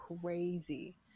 crazy